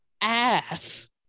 Ass